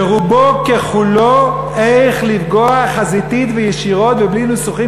שרובו ככולו איך לפגוע חזיתית וישירות ובלי ניסוחים